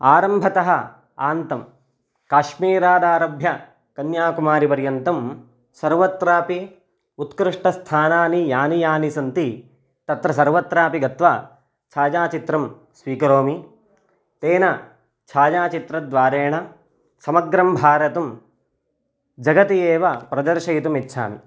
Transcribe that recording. आरम्भतः आन्तं काश्मीरादारभ्य कन्याकुमारिपर्यन्तं सर्वत्रापि उत्कृष्टस्थानानि यानि यानि सन्ति तत्र सर्वत्रापि गत्वा छायाचित्रं स्वीकरोमि तेन छायाचित्रद्वारेण समग्रं भारतं जगति एव प्रदर्शयितुमिच्छामि